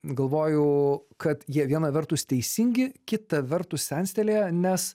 galvojau kad jie viena vertus teisingi kita vertus senstelėję nes